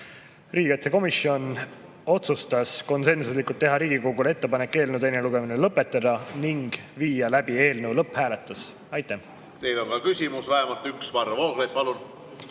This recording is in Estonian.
Riigikaitsekomisjon otsustas konsensuslikult, et Riigikogule tehakse ettepanek eelnõu teine lugemine lõpetada ning viia läbi eelnõu lõpphääletus. Aitäh! Teile on ka küsimus, vähemalt üks. Varro Vooglaid, palun!